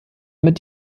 mit